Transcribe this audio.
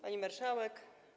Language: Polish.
Pani Marszałek!